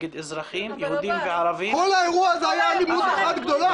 נגד אזרחים יהודים וערבים --- כל האירוע הזה היה אלימות אחת גדולה.